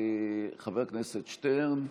חבר הכנסת שטרן,